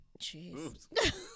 jeez